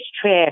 trip